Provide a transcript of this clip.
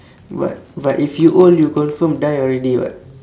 but but if you old you confirm die already [what]